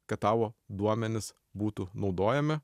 kad tavo duomenys būtų naudojami